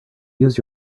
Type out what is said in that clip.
use